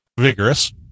vigorous